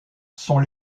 sont